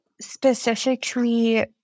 specifically